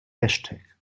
hashtag